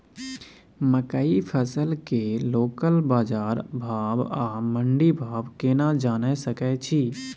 मकई फसल के लोकल बाजार भाव आ मंडी भाव केना जानय सकै छी?